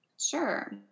Sure